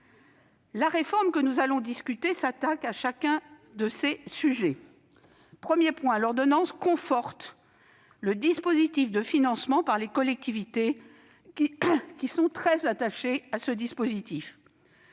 La réforme dont nous allons discuter s'attaque à chacun de ces sujets. Premièrement, l'ordonnance conforte le dispositif de financement par les collectivités, auquel celles-ci sont très attachées. Pour répondre